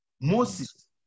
Moses